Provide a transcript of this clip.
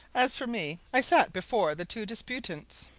as for me, i sat before the two disputants,